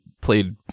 played